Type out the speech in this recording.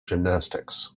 gymnastics